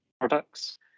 products